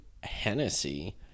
Hennessy